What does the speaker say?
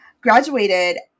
graduated